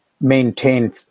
maintain